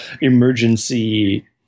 Emergency